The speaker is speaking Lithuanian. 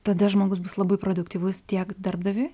tada žmogus bus labai produktyvus tiek darbdaviui